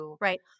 right